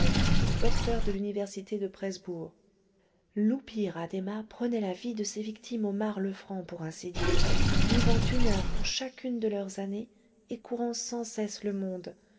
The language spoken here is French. docteur de l'université de presbourg l'oupire addhéma prenait la vie de ses victimes au marc le franc pour ainsi dire vivant une heure pour chacune de leurs années et courant sans cesse le monde